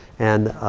and